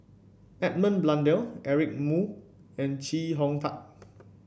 Edmund Blundell Eric Moo and Chee Hong Tat